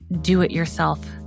do-it-yourself